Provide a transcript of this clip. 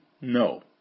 No